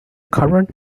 current